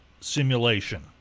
simulation